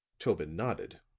tobin nodded.